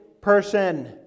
person